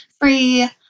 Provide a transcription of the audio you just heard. free